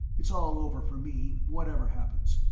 it's all over for me, whatever happens.